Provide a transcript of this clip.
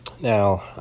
Now